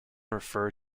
refer